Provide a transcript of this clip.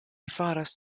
faras